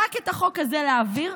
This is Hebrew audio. רק את החוק הזה להעביר,